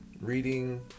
reading